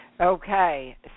Okay